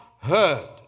heard